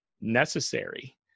necessary